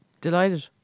delighted